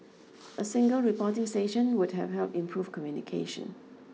a single reporting station would have helped improve communication